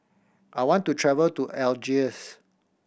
I want to travel to Algiers